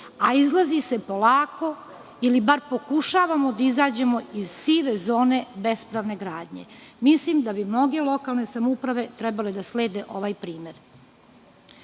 a izlazi se polako, ili bar pokušavamo da izađemo iz sive zone bespravne gradnje. Mislim da bi mnoge lokalne samouprave trebale da slede ovaj